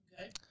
Okay